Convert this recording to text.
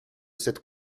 cette